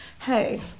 hey